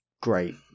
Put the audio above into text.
great